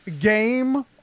Game